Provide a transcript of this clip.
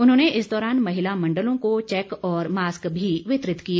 उन्होंने इस दौरान महिला मंडलों को चैक और मास्क भी वितरित किए